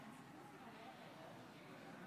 (תיקון מס' 38),